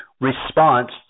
response